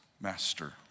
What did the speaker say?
master